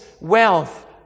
wealth